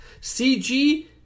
CG